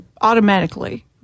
automatically